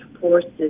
forces